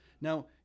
Now